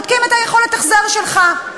בודקים את יכולת ההחזר שלך,